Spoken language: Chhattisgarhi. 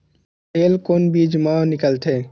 तेल कोन बीज मा निकलथे?